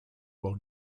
while